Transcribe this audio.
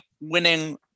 winning